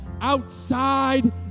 outside